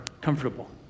comfortable